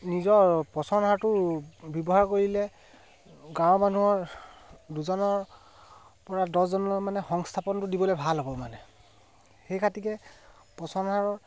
নিজৰ পচন সাৰটো ব্যৱহাৰ কৰিলে গাঁৱৰ মানুহৰ দুজনৰ পৰা দহজনৰ মানে সংস্থাপনটো দিবলে ভাল হ'ব মানে সেই খাতিকে পচন সাৰৰ